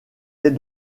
est